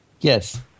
Yes